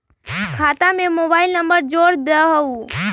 खाता में mobile number जोड़ दहु?